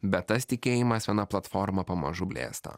bet tas tikėjimas viena platforma pamažu blėsta